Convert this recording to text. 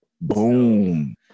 Boom